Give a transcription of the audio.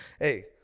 hey